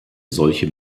solche